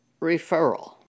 referral